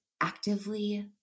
actively